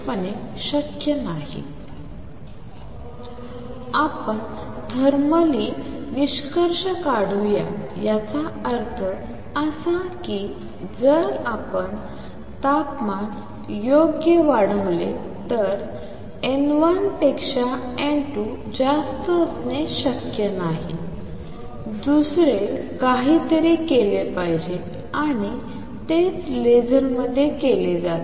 तर आपण थर्मली निष्कर्ष काढूया याचा अर्थ असा की जर आपण तापमान योग्य वाढवले तर n1 पेक्षा n2 जास्त असणे शक्य नाही दुसरे काहीतरी केले पाहिजे आणि तेच लेसरमध्ये केले जाते